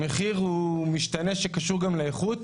המחיר הוא משתנה שקשור גם לאיכות.